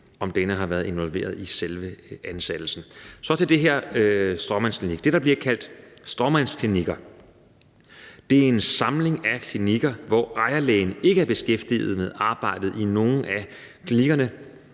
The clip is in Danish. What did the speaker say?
om denne har været involveret i selve ansættelsen. Kl. 18:54 Så til det her, der kaldes stråmandsklinikker: Det, der bliver kaldt stråmandsklinikker, er en samling af klinikker, hvor ejerlægen ikke er beskæftiget med arbejdet i nogen af klinikkerne